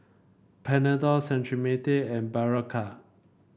Panadol Cetrimide and Berocca